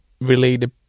related